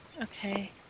Okay